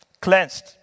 cleansed